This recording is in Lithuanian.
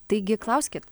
taigi klauskit